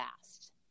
fast